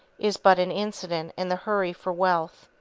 is but an incident in the hurry for wealth.